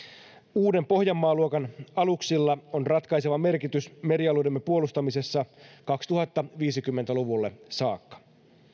uuden pohjanmaa luokan aluksilla on ratkaiseva merkitys merialueidemme puolustamisessa kaksituhattaviisikymmentä luvulle saakka